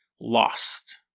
lost